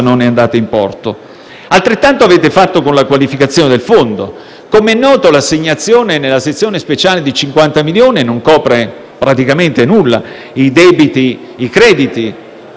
non è andata in porto. Altrettanto avete fatto con la qualificazione del fondo: com'è noto, l'assegnazione nella sezione speciale di 50 milioni di euro non copre praticamente nulla. I crediti